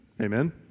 Amen